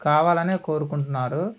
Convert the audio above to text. కావాలనే కోరుకుంటున్నారు